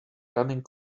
running